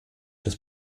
das